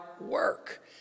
work